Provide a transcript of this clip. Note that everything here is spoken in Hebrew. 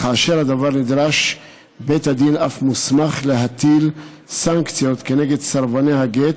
וכאשר הדבר נדרש בית הדין אף מוסמך להטיל סנקציות כנגד סרבני הגט